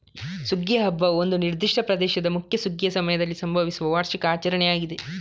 ಸುಗ್ಗಿಯ ಹಬ್ಬವು ಒಂದು ನಿರ್ದಿಷ್ಟ ಪ್ರದೇಶದ ಮುಖ್ಯ ಸುಗ್ಗಿಯ ಸಮಯದಲ್ಲಿ ಸಂಭವಿಸುವ ವಾರ್ಷಿಕ ಆಚರಣೆಯಾಗಿದೆ